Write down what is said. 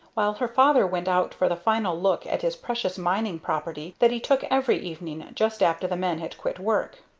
while her father went out for the final look at his precious mining property that he took every evening just after the men had quit work.